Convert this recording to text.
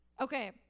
Okay